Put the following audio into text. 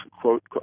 quote